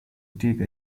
take